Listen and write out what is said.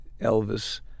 Elvis